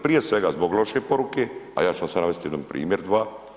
Prije svega zbog loše poruke, a ja ću vam sada navesti jedan primjer, dva.